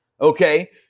Okay